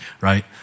right